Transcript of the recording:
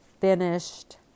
finished